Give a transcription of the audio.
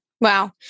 Wow